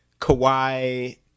Kawhi